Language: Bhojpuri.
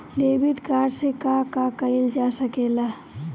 डेबिट कार्ड से का का कइल जा सके ला?